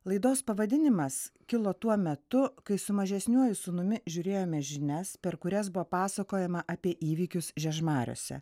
laidos pavadinimas kilo tuo metu kai su mažesniuoju sūnumi žiūrėjome žinias per kurias buvo pasakojama apie įvykius žiežmariuose